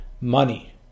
money